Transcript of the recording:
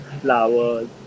flowers